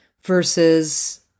versus